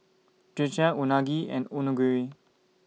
Dhokla Unagi and Onigiri